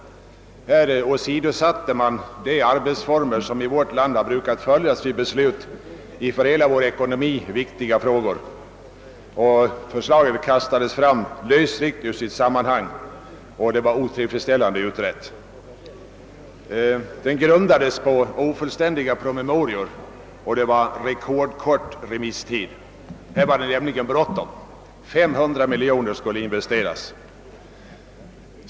Man åsidosatte de arbetsformer som i vårt land har brukat följas vid beslut i för hela vår ekonomi viktiga frågor. Förslaget kastades fram lösryckt ur sitt sammanhang, och det var otillfredsställande utrett. Det grundades på ofullständiga promemorior, och remisstiden var rekordkort. Här var det nämligen bråttom. 500 miljoner kronor skulle investeras.